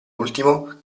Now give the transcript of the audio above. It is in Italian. ultimo